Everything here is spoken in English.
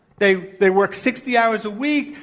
they they work sixty hours a week.